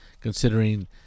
considering